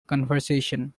conversation